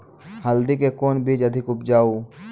हल्दी के कौन बीज अधिक उपजाऊ?